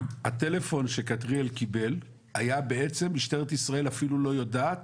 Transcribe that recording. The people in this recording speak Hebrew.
הטלפון שכתריאל קיבל היה בעצם משטרת ישראל והיא אפילו לא יודעת